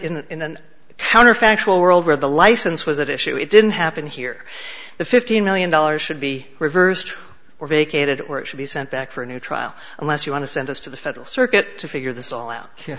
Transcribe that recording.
counterfactual world where the license was at issue it didn't happen here the fifteen million dollars should be reversed or vacated or it should be sent back for a new trial unless you want to send us to the federal circuit to figure this all out